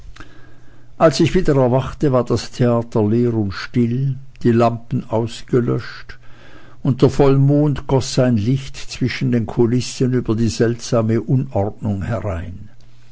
als ich wieder erwachte war das theater leer und still die lampen ausgelöscht und der vollmond goß sein licht zwischen den kulissen über die seltsame unordnung herein